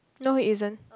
no it isn't